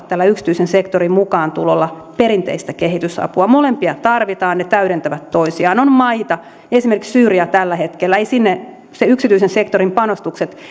tällä yksityisen sektorin mukaantulolla ei korvata perinteistä kehitysapua molempia tarvitaan ne täydentävät toisiaan on maita esimerkiksi syyria tällä hetkellä joissa yksityisen sektorin panostukset